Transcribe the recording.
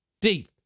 deep